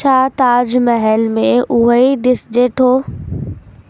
छा ताज महल में उहो ई ॾिसिजे थो